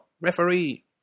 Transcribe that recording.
Referee